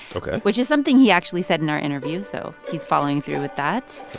ok. which is something he actually said in our interview. so he's following through with that.